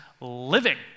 living